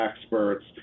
experts